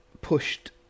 pushed